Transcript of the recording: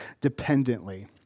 dependently